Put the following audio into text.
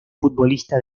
futbolista